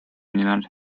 nimel